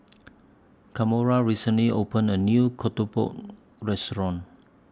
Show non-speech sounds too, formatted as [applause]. Kamora recently opened A New [unintelligible] Restaurant